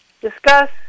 discuss